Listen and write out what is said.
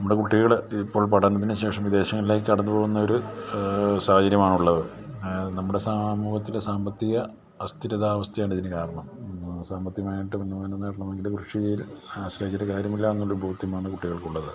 നമ്മുടെ കുട്ടികള് ഇപ്പോൾ പഠനത്തിന് ശേഷം വിദേശങ്ങളിലേക്ക് കടന്നുപോകുന്നൊരു സാഹചര്യമാണുള്ളത് നമ്മുടെ സമൂഹത്തിലെ സാമ്പത്തിക അസ്ഥിരതാവസ്ഥയാണ് ഇതിന് കാരണം സാമ്പത്തികമായിട്ട് ഉന്നമനം നേടണമങ്കില് കൃഷിയെ ആശ്രയിച്ചിട്ട് കാര്യമില്ലെന്നുള്ളൊരു ബോധ്യമാണ് കുട്ടികൾക്കുള്ളത്